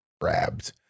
grabbed